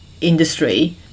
industry